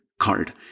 card